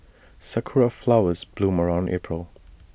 Sakura Flowers bloom around April